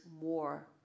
more